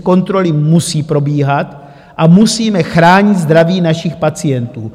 Kontroly musí probíhat a musíme chránit zdraví našich pacientů.